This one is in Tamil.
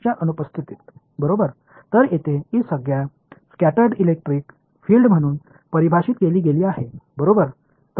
நீங்கள் அனைவரும் இந்த ஸ்கடடு ஃபில்டு வார்த்தையை கேள்விப்பட்டிருப்பீர்கள்